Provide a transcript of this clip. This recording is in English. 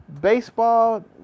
Baseball